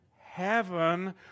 heaven